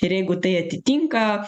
ir jeigu tai atitinka